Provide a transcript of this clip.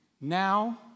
Now